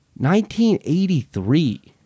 1983